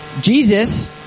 Jesus